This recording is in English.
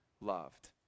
loved